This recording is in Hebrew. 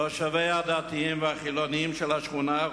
תושביה הדתיים והחילונים של השכונה,